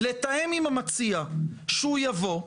לתאם עם המציע שיבוא,